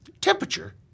temperature